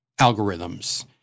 algorithms